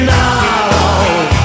now